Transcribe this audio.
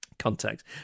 context